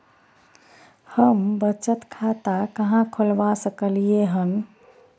हम बचत खाता कहाॅं खोलवा सकलिये हन?